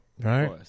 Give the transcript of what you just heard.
right